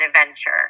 adventure